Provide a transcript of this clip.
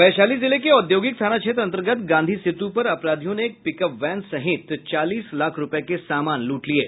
वैशाली जिले के औद्योगिक थाना क्षेत्र अंतर्गत गांधी सेतु पर अपराधियों ने एक पिकअप वैन सहित चालीस लाख रूपये के सामान लूट लिये